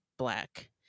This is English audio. Black